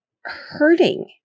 hurting